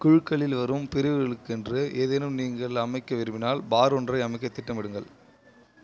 குழுக்களில் வரும் பெரியவர்களுக்கென்று ஏதேனும் நீங்கள் அமைக்க விரும்பினால் பார் ஒன்றை அமைக்கத் திட்டமிடுங்கள்